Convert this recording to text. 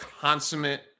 consummate